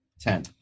Ten